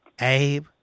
Abe